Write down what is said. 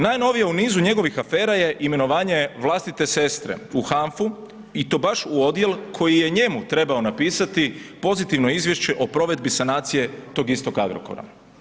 Najnovije u nizu njegovih afera je imenovanje vlastite sestre u HANFA-u i to baš u odjel koji je njemu trebao napisati pozitivno izvješće o provedbi sanacije tog istog Agrokora.